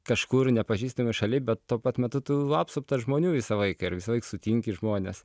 kažkur nepažįstamoj šaly bet tuo pat metu tu apsuptas žmonių visą laiką ir visąlaik sutinki žmones